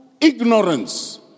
ignorance